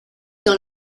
dans